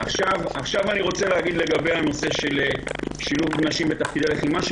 אני רוצה לומר לגבי שילוב נשים בתפקידי לחימה,